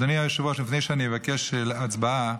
אדוני היושב-ראש, לפני שאני אבקש הצבעה,